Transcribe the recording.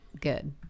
good